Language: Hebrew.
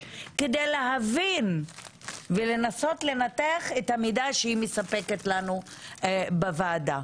להבין ולנסות לנתח את המידע שהיא מספקת לנו בוועדה,